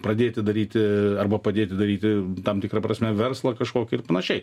pradėti daryti arba padėti daryti tam tikra prasme verslą kažkokį ir panašiai